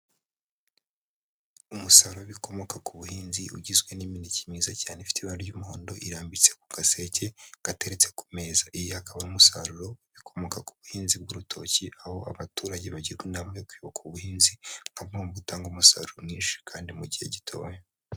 Umusaruro w'ibikomoka ku buhinzi, ugizwe n'imineke myiza cyane ifite ibara ry'umuhondo, irambitse ku gaseke gateretse ku meza. Iyo ikaba ari umusaruro w'ibikomoka ku buhinzi bw'urutoki, aho abaturage bagirwa inama yo kwita ku buhinzi, nka bumwe mu butanga umusaruro mwinshi kandi mu gihe gitoya.